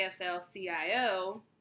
afl-cio